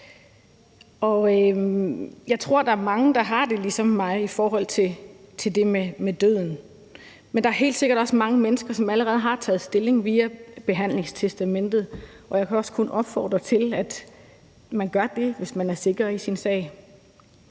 Jeg tror, at der er mange, der har det ligesom mig i forhold til det med døden, men der er helt sikkert også mange mennesker, som allerede har taget stilling via et behandlingstestamente. Jeg kan også kun opfordre til, at man gør det, hvis man er sikker i sin sag.